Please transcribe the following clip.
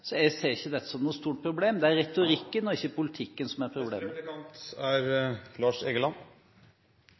Så jeg ser ikke dette som noe stort problem. Det er retorikken og ikke politikken som er problemet.